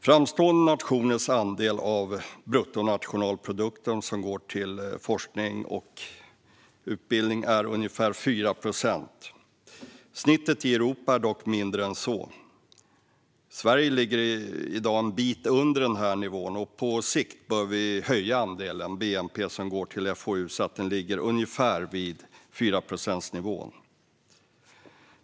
Framstående nationers andel av bruttonationalprodukten som går till forskning och utbildning är ungefär 4 procent. Snittet i Europa är dock mindre än så. Sverige ligger i dag en bit under denna nivå, och på sikt bör vi höja andelen av bnp som går till forskning och utbildning så att den ligger ungefär på fyraprocentsnivån.